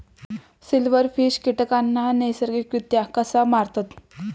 Silverfish कीटकांना नैसर्गिकरित्या कसा मारतत?